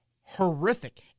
horrific